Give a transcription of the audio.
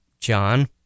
John